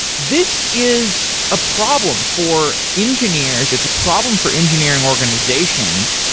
this is a problem for engineers. it's a problem for engineering organizations.